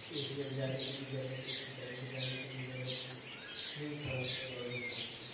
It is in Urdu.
اے ٹی ایم جانے کی بھی ضرورت نہیں بینک جانے کی بھی ضرورت نہیں یوں ٹرانسفر کر دو فون سے